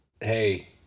hey